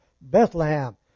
Bethlehem